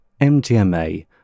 MDMA